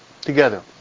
together